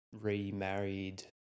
remarried